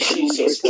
Jesus